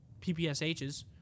PPSHs